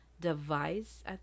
device